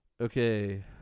Okay